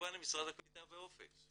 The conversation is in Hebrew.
וכמובן למשרד הקליטה ואופק.